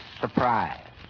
surprise